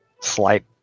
slight